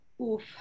Oof